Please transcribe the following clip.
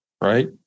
right